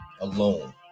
alone